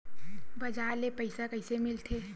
बजार ले पईसा कइसे मिलथे?